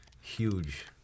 huge